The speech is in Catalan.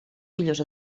millors